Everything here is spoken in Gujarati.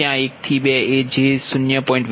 ત્યાં 1 થી 2 એ j0